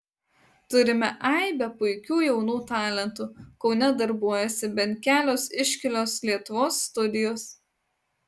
turime aibę puikių jaunų talentų kaune darbuojasi bent kelios iškilios lietuvos studijos